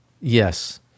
yes